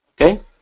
Okay